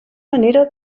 manera